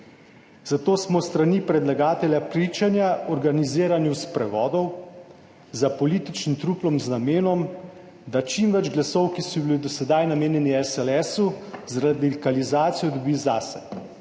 zato smo s strani predlagatelja pričanja organiziranju sprevodov za političnim truplom z namenom, da čim več glasov, ki so bili do sedaj namenjeni SLS, z radikalizacijo dobi zase.